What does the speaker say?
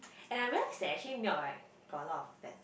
and I realize that actually milk right got a lot that